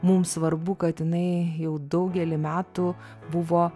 mums svarbu kad jinai jau daugelį metų buvo